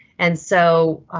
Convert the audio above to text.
and so,